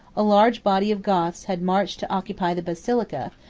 a large body of goths had marched to occupy the basilica,